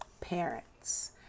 parents